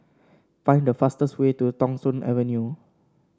find the fastest way to Thong Soon Avenue